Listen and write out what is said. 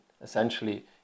essentially